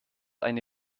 eine